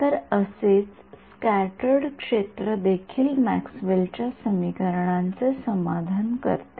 तर असेच स्क्याटर्ड क्षेत्र देखील मॅक्सवेलच्या समीकरणांचे समाधान करते